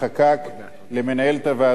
למנהלת הוועדה דורית ואג,